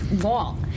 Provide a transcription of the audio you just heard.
wall